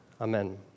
Amen